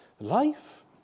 life